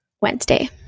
Wednesday